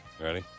Ready